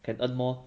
can earn more